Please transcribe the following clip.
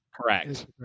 Correct